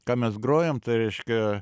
ką mes grojom tai reiškia